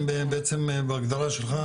הם בעצם בהגדרה שלך,